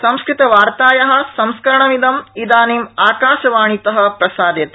संस्कृतवार्ताया संस्करणमिदं इदानीं आकाशवाणीत प्रसार्यते